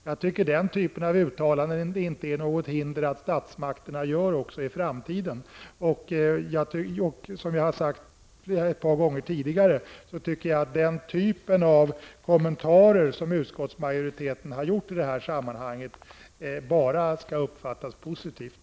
Jag tycker att den typen av uttalande inte utgör något hinder för att statsmakterna också vidtar liknande åtgärder i framtiden. Jag tycker att den typen av kommentarer som utskottsmajoriteten har gjort i sammanhanget bara skall uppfattas som positiva.